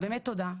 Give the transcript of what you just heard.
באמת תודה.